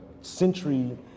century